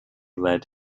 led